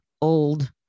old